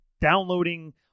downloading